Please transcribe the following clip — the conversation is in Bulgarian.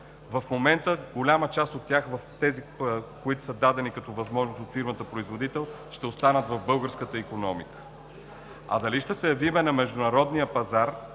в момента голяма част от тях, от тези, които са дадени като възможност от фирмата производител ще останат в българската икономика. Дали ще се явим на международния пазар